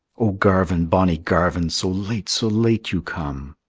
o garvin, bonny garvin, so late, so late you come!